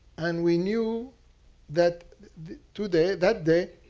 and we knew that today, that day,